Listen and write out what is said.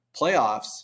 playoffs